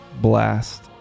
Blast